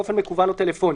באופן מקוון או טלפוני.